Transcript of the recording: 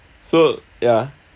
so ya